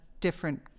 different